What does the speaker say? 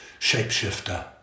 shapeshifter